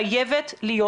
חייב להיות,